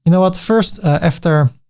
you know what, first, after